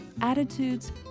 attitudes